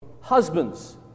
Husbands